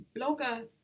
Blogger